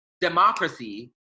democracy